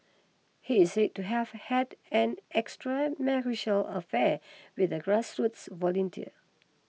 he is said to have had an extramarital affair with a grassroots volunteer